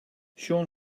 sean